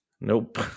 Nope